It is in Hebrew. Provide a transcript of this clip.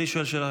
אני שואל שאלה,